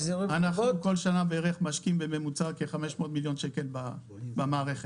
אנחנו כל שנה משקיעים בממוצע כ-500 מיליון שקל במערכת.